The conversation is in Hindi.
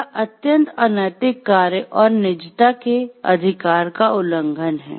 यह अत्यंत अनैतिक कार्य और निजता के अधिकार का उल्लंघन है